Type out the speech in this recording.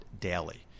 daily